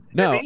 no